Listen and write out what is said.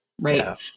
Right